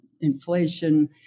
inflation